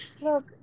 Look